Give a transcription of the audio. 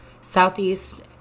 Southeast